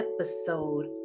episode